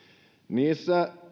niissä